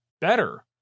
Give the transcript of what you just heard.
better